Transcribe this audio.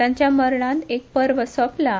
तांच्या मरणांत एक पर्व सोपलां